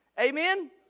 Amen